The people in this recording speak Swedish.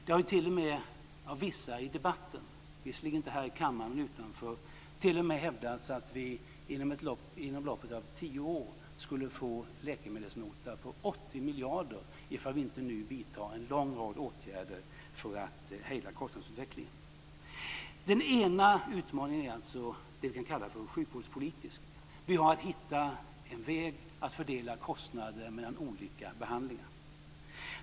Det har t.o.m. av vissa i debatten - visserligen inte här i kammaren men utanför - hävdats att vi inom loppet av tio år skulle få en läkemedelsnota på 80 miljarder kronor om vi inte nu vidtar en lång rad åtgärder för att hejda kostnadsutvecklingen. Den ena utmaningen är alltså vad vi kan kalla sjukvårdspolitisk. Vi har att hitta en väg att fördela kostnader mellan olika behandlingar.